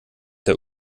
der